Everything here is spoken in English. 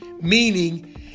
Meaning